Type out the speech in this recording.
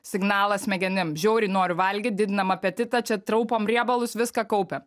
signalą smegenim žiauriai noriu valgyt didinam apetitą čia taumpom riebalus viską kaupiam